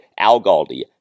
AlGaldi